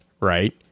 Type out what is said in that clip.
right